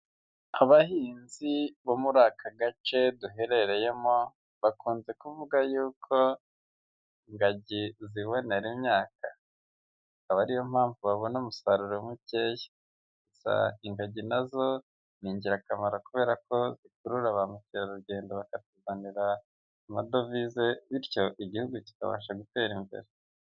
Abahinzi bo muri aka gace duherereyemo bakunze kuvuga yuko ingagi zibonera imyaka akaba ariyo mpamvu babona umusaruro mukeya, ingagi nazo ni ingirakamaro kubera ko zikurura bamukerarugendo bakatuzanira amadovize bityo igihugu kikabasha gutera imbere.